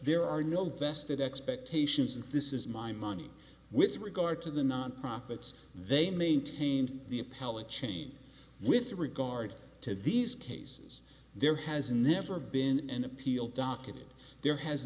there are no vested expectations and this is my money with regard to the nonprofits they maintain the appellate chain with regard to these cases there has never been an appeal docket there has